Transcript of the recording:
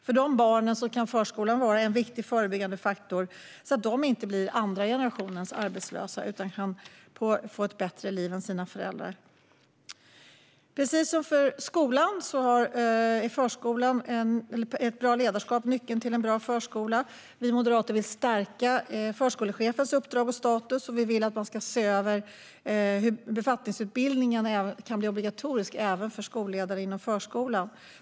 För de barnen kan förskolan vara en viktig förebyggande faktor så att de inte blir andra generationens arbetslösa utan kan få ett bättre liv än sina föräldrar. Precis som för skolan är ett bra ledarskap nyckeln till en bra förskola. Vi moderater vill stärka förskolechefens uppdrag och status, och vi vill att man ska se över hur befattningsutbildningen kan bli obligatorisk även för skolledare inom förskolan.